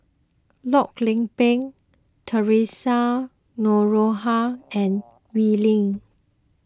Loh Lik Peng theresa Noronha and Wee Lin